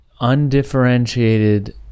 undifferentiated